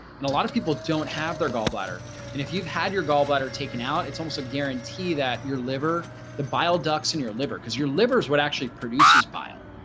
and a lot of people don't have their gallbladder and if you've had your gallbladder taken out, it's almost a guarantee that your liver the bile ducts in your liver because your livers what actually produces bile.